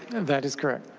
and that is correct.